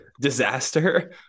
disaster